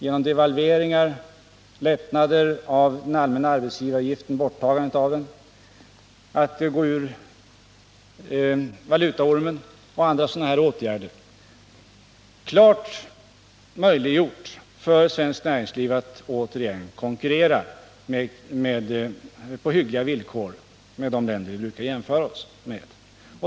Genom devalvering, lättnader i och slutligen borttagande av den allmänna arbetsgivaravgiften, utträde ur valutaormen och andra åtgärder har vi möjliggjort för svenskt näringsliv att återigen konkurrera på hyggliga villkor med de länder som vi brukar jämföra oss med.